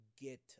get